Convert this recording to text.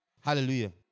Hallelujah